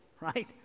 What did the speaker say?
right